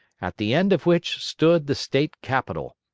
at the end of which stood the state capitol.